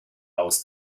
aus